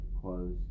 close